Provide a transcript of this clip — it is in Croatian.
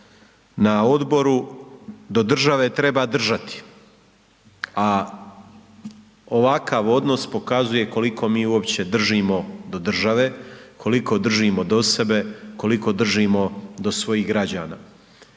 na odboru, do države treba držati, a ovakav odnos pokazuje koliko mi uopće držimo do države, koliko držimo do sebe, koliko držimo do svojih građana.